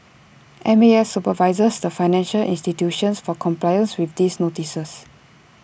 M A S supervises the financial institutions for compliance with these notices